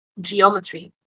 geometry